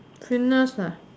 fitness ah